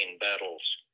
battles